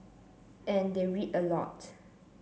and they read a lot